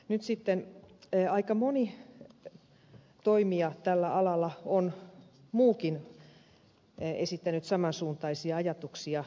nyt sitten aika moni muukin toimija tällä alalla on esittänyt samansuuntaisia ajatuksia